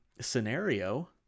scenario